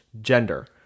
gender